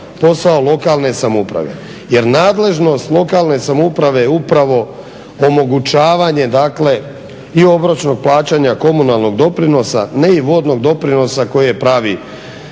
posao lokalne samouprave. Jer nadležnost lokalne samouprave je upravo omogućavanje dakle i obročnog plaćanja komunalnog doprinosa, ne i vodnog doprinosa koji je pravi